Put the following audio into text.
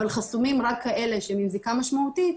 אבל חסומים רק כאלה שהם עם זיקה משמעותית,